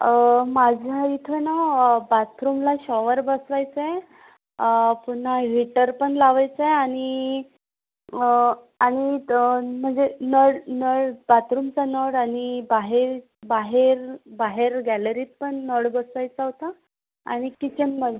माझ्या इथं ना बाथरूमला शॉवर बसवायचा आहे पुन्हा हिटर पण लावायचा आहे आणि आणि म्हणजे नळ नळ बाथरूमचा नळ आणि बाहेर बाहेर बाहेर गॅलरीत पण नळ बसवायचा होता आणि किचन पण